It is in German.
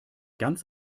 ganz